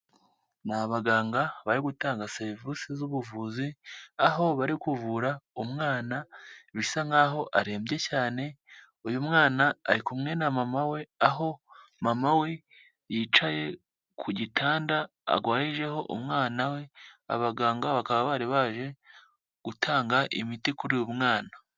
Ni abaganga bari gutanga serivisi z'ubuvuzi, aho bari kuvura umwana bisa nk'aho arembye cyane, uyu mwana ari kumwe na mama we, aho mama we yicaye ku gitanda arwarijeho umwana we, abaganga bakaba bari baje gutanga imiti kuri uyu mwana.